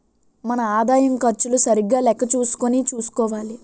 మన ఆదాయం ఖర్చులు సరిగా లెక్క చూసుకుని చూసుకోవాలి